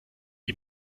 die